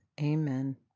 Amen